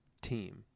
team